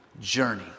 journey